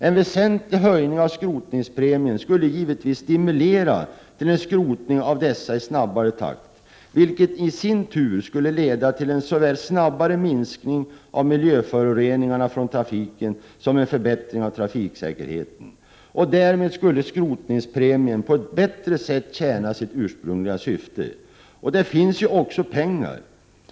En väsentlig höjning av skrotningspremien skulle givetvis stimulera till en skrotning av dessa i snabbare takt, vilket i sin tur skulle leda till såväl en snabbare minskning av miljöföroreningarna från trafiken som en förbättring av trafiksäkerheten. Därmed skulle skrotningspremien på ett bättre sätt tjäna sitt ursprungliga syfte. Det finns ju också pengar.